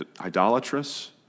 idolatrous